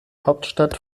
hauptstadt